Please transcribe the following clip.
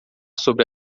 sobre